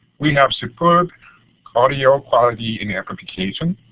we have superb audio quality and amplification.